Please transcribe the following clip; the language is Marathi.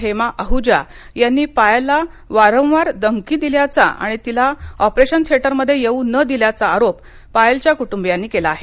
हेमा आहजा यांनी पायलला वारंवार धमकी दिल्याचा आणि तिला ऑपरेशन थिएटरमध्ये येऊ न दिल्याचा आरोप पायलच्या कुटुंबियांनी केला आहे